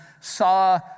saw